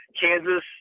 Kansas